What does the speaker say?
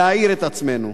להעיר את עצמנו.